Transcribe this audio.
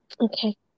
Okay